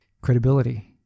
credibility